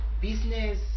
business